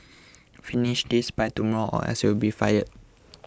finish this by tomorrow or else you'll be fired